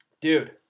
Dude